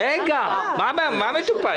מה מטופל?